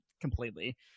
completely